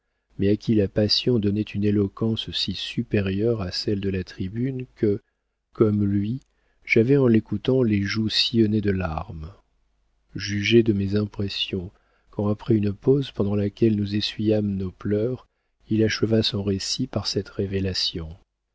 mais à qui la passion donnait une éloquence si supérieure à celle de la tribune que comme lui j'avais en l'écoutant les joues sillonnées de larmes jugez de mes impressions quand après une pause pendant laquelle nous essuyâmes nos pleurs il acheva son récit par cette révélation